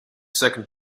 second